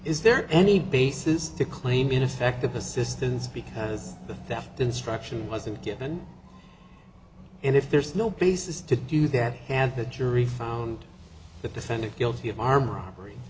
is there any basis to claim ineffective assistance because that instruction wasn't given and if there's no basis to do that have the jury found the defendant guilty of armed robbery